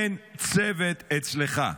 אין צוות אצלך,